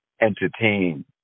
entertain